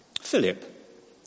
Philip